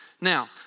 Now